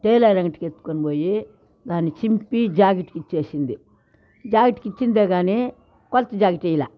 tailor అంగటికి ఎత్తుకొని పోయి దాన్ని చింపి జాకెట్కి ఇచ్చేసింది జాకెట్కి ఇచ్చిందే కానీ కొలత జాకెట్ ఇలా